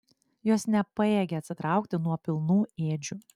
jos nepajėgė atsitraukti nuo pilnų ėdžių